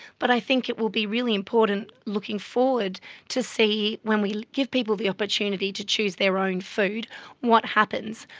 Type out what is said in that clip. but i think it will be really important looking forward to see when we give people the opportunity to choose their own food what happens.